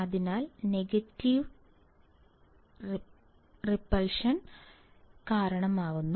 അതിനാൽ negative negative റിപ്പൽഷന് കാരണമാകും